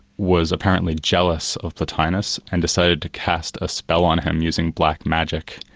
was apparently jealous of plotinus and decided to cast a spell on him, using black magic.